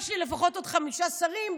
יש לי לפחות עוד חמישה שרים,